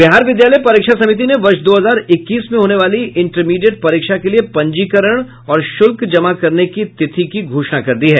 बिहार विद्यालय परीक्षा समिति ने वर्ष दो हजार इक्कीस में होने वाली इंटरमीडिएट परीक्षा के लिए पंजीकरण और शुल्क जमा करने की तिथियों की घोषणा कर दी है